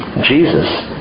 Jesus